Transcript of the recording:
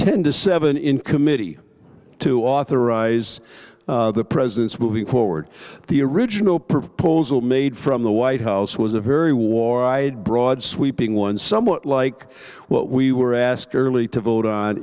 ten to seven in committee to authorize the president's moving forward the original proposal made from the white house was a very war i had broad sweeping one somewhat like what we were asked early to vote on